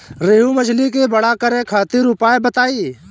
रोहु मछली के बड़ा करे खातिर उपाय बताईं?